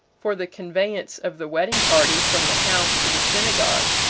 for the conveyance of the wedding party from the house to the synagogue,